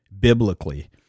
biblically